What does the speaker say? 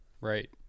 right